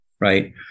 right